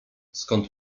skąd